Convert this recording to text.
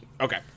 Okay